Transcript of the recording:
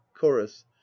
chorus